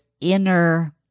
inner